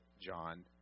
John